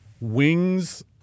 wings